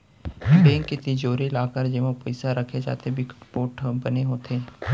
bank के तिजोरी, locker जेमा पइसा राखे जाथे बिकट पोठ बने होथे